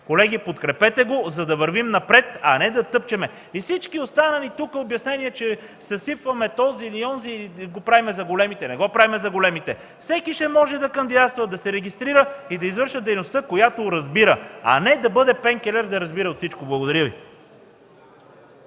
Колеги, подкрепете го, за да вървим напред, а не да тъпчем. Всички останали обяснения тук, че съсипваме този или онзи и го правим за големите – не го правим за големите. Всеки ще може да кандидатства, да се регистрира и да извършва дейността, която разбира, а не да бъде пенкилер и да разбира от всичко. Благодаря Ви.